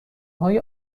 های